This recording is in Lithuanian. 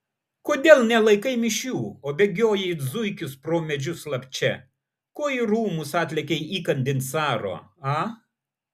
kodėl nelaikai mišių o bėgioji it zuikis pro medžius slapčia ko į rūmus atlėkei įkandin caro a